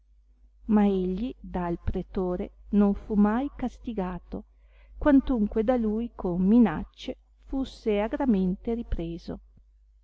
ma egli dal pretore non fu mai castigato quantunque da lui con minaccie fusse agramente ripreso